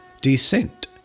descent